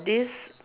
this